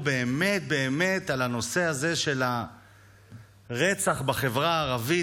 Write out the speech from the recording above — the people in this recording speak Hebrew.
באמת באמת על הנושא הזה של הרצח בחברה הערבית,